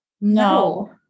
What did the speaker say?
No